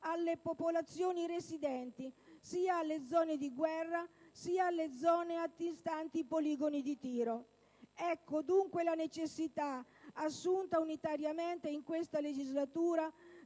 alle popolazioni residenti, sia alle zone di guerra sia alle zone antistanti i poligoni di tiro. Ecco dunque la necessità assunta unitariamente in questa legislatura